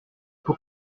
pour